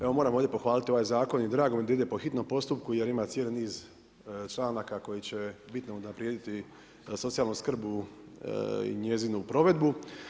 Evo moram ovdje pohvaliti ovaj zakon i drago mi je da ide po hitnom postupku jer ima cijeli niz članaka koji će bitno unaprijediti socijalnu skrb i njezinu provedbu.